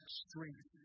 strength